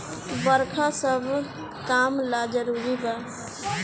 बरखा सब काम ला जरुरी बा